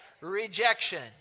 rejection